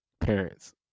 parents